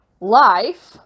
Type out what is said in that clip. life